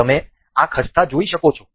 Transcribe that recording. તમે આ ખસતા જોઈ શકો છો